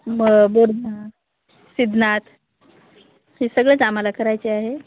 मग बोर डॅम सिद्धनाथ हे सगळंच आम्हाला करायचे आहे